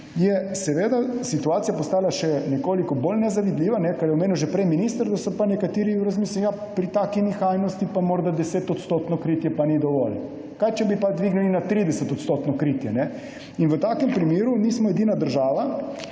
seveda situacija postala še nekoliko bolj nezavidljiva, kar je omenil že prej minister, da so pa nekateri razmislili, da pri taki nihajnosti pa morda 10-odstotno kritje ni dovolj. Kaj pa, če bi pa dvignili na 30- odstotno kritje? V taki situaciji nismo edina država.